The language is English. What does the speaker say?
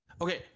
Okay